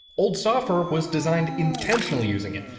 old software was designed intentionally using it,